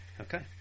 okay